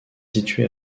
située